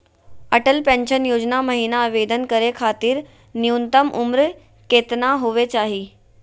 Atal pension योजना महिना आवेदन करै खातिर न्युनतम उम्र केतना होवे चाही?